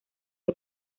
que